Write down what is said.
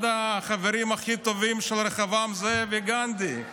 אחד החברים הכי טובים של רחבעם זאבי, גנדי,